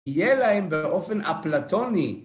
יהיה להם באופן אפלטוני...